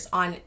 on